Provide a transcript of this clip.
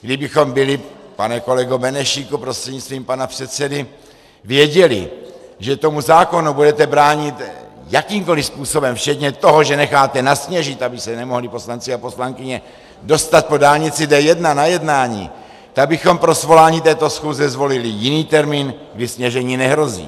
Kdybychom byli, pane kolego Benešíku prostřednictvím pana předsedy, věděli, že tomu zákonu budete bránit jakýmkoli způsobem včetně toho, že necháte nasněžit, aby se nemohli poslanci a poslankyně dostat po dálnici D1 na jednání, tak bychom pro svolání této schůze zvolili jiný termín, kdy sněžení nehrozí.